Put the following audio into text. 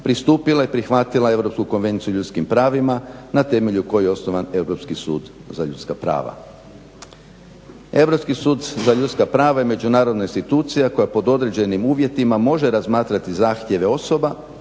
pristupila i prihvatila Europsku konvenciju o ljudskim pravima na temelju na kojih je osnovan Europski sud za ljudska prava. Europski sud za ljudska prava je međunarodna institucija koja pod određenim uvjetima može razmatrati zahtjeve osoba